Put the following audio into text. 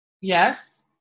Yes